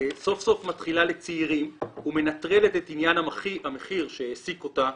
סוף סוף מתחילה לצעירים ומנטרלת את עניין המחיר שהעסיק אותה.